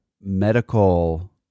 medical